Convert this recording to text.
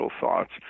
thoughts